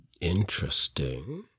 Interesting